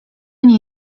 nie